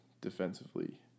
defensively